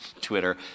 Twitter